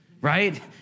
right